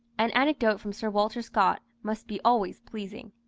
an anecdote from sir walter scott must be always pleasing.